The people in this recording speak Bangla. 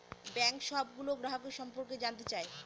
ব্যাঙ্ক সবগুলো গ্রাহকের সম্পর্কে জানতে চায়